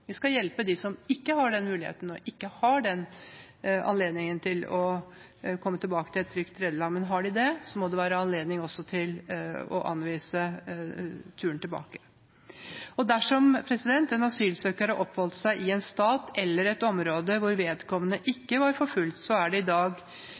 Vi skal hjelpe dem som ikke har den muligheten og ikke har anledning til å komme tilbake til et trygt tredjeland – men har de det, må det være anledning til å anvise turen tilbake. Dersom en asylsøker har oppholdt seg i en stat eller i et område hvor vedkommende ikke var forfulgt, er det i dag